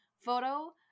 photo